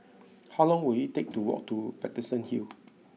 how long will it take to walk to Paterson Hill